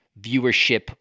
viewership